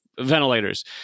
ventilators